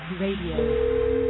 Radio